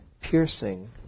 piercing